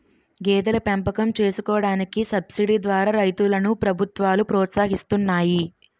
గేదెల పెంపకం చేసుకోడానికి సబసిడీ ద్వారా రైతులను ప్రభుత్వాలు ప్రోత్సహిస్తున్నాయి